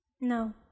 No